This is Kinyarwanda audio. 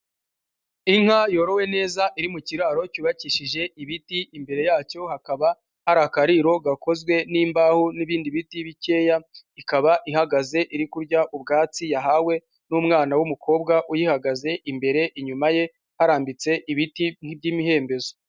Inka yorowe neza iri mu kiraro cyubakishije ibiti imbere yacyo hakaba hari akariro gakozwe n'imbaho n'ibindi biti bikeya, ikaba ihagaze iri kurya ubwatsi yahawe n'umwana w'umukobwa uyihagaze imbere, inyuma ye harambitse ibiti nk'iby'imihembezo.